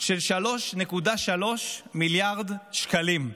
של 3.3 מיליארד שקלים.